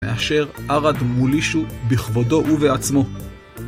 מאשר ערד מולישו בכבודו ובעצמו.